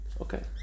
Okay